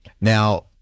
Now